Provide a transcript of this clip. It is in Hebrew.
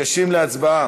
ניגשים להצבעה.